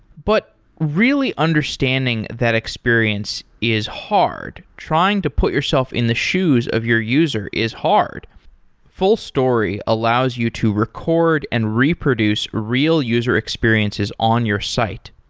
but really understanding that experience is hard. trying to put yourself in the shoes of your user is hard fullstory allows you to record and reproduce real user experiences on your site.